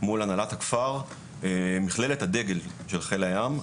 מול הנהלת הכפר, מכללת הדגל של חיל הים.